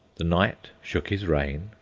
the knight shook his rein,